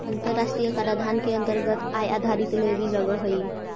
अन्तराष्ट्रिय कराधान के अन्तरगत आय आधारित लेवी लगअ हई